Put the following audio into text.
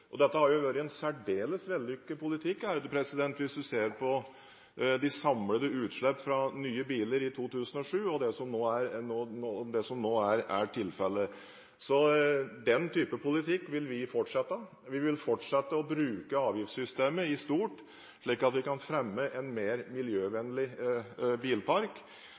Dette har jo vært en særdeles vellykket politikk hvis en ser på de samlede utslipp fra nye biler i 2007, og det som nå er tilfellet. Så den type politikk vil vi fortsette. Vi vil fortsette å bruke avgiftssystemet i stort, slik at vi kan fremme en mer miljøvennlig bilpark.